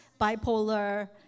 bipolar